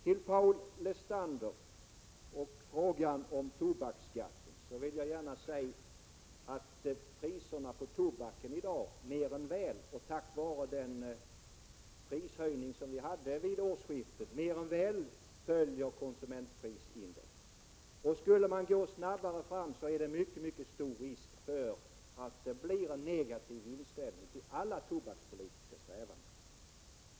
Till Paul Lestander vill jag i fråga om tobaksskatten säga att priserna på tobak i dag, tack vare den prishöjning som trädde i kraft efter den senaste skattehöjningen, mer än väl svarar mot konsumentprisindex. Skulle man gå fram snabbare, är det mycket stor risk för att en negativ inställning till alla tobakspolitiska strävanden uppstår.